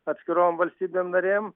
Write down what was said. atskirom valstybėm narėm